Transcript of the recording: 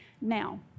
Now